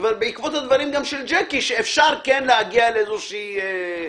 בעקבות הדברים של ג'קי, שאפשר כן להגיע למדרגיות.